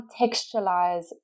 contextualize